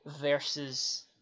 versus